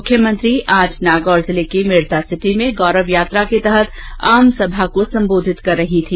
मुख्यमंत्री आज नागौर जिले के मेडता सिटी में गौरव यात्रा के तहत आमसभा को संबोधित कर रही थी